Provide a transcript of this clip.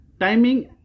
timing